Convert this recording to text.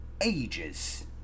ages